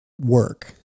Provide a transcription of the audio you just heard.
work